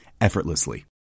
effortlessly